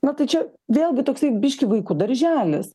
na tai čia vėlgi toksai biškį vaikų darželis